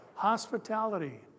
hospitality